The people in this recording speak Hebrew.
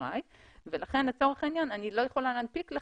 אשראי ולכן לצורך העניין הן לא יכולות להנפיק לו